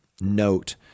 note